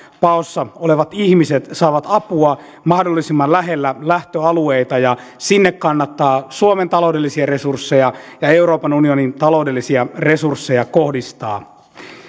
paossa olevat ihmiset saavat apua mahdollisimman lähellä lähtöalueita ja sinne kannattaa suomen taloudellisia resursseja ja euroopan unionin taloudellisia resursseja kohdistaa